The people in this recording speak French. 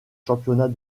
championnats